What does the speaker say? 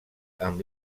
amb